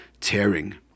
tearing